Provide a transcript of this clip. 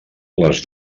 les